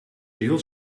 hield